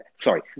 Sorry